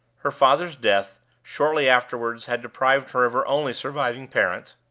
her father's death, shortly afterward, had deprived her of her only surviving parent,